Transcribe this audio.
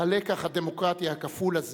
הלקח הדמוקרטי הכפול הזה,